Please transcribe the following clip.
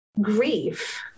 grief